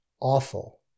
awful